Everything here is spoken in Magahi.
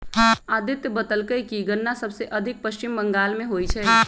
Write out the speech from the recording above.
अदित्य बतलकई कि गन्ना सबसे अधिक पश्चिम बंगाल में होई छई